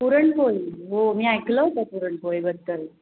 पुरणपोळी हो मी ऐकलं होतं पुरणपोळीबद्दल